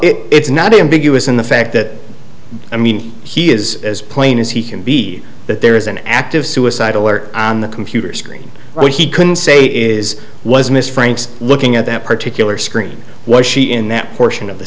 it's not ambiguous in the fact that i mean he is as plain as he can be that there is an active suicide alert on the computer screen but he couldn't say is was miss franks looking at that particular screen was she in that portion of the